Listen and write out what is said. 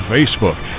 Facebook